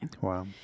Wow